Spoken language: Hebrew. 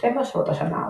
ובספטמבר של אותה שנה,